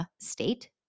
state